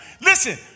Listen